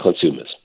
consumers